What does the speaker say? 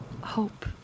hope